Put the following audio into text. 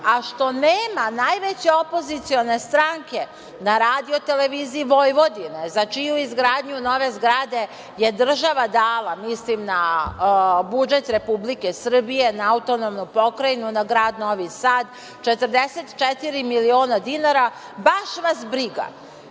a što nema najveće opozicione stranke na RTV Vojvodine, znači ili izgradnju nove zgrade je država dala. Mislim na budžet Republike Srbije, na autonomnu pokrajinu, na Grad Novi Sad, 44 miliona dinara. Baš vas briga.